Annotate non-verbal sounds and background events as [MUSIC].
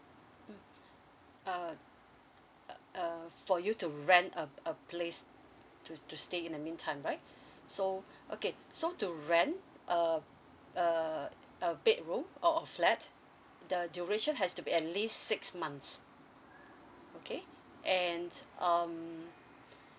mm err uh uh for you to rent a a place to to stay in the meantime right [BREATH] so okay so to rent a a a bedroom or a flat the duration has to be at least six months okay and um